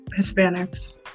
Hispanics